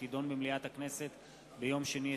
שתידון במליאת הכנסת ביום שני,